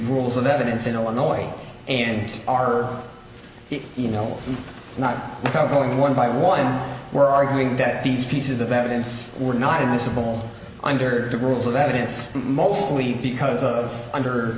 rules of evidence in illinois and are you know not how one by one were arguing that these pieces of evidence were not impossible under the rules of evidence mostly because of under